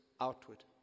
outward